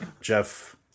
Jeff